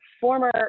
former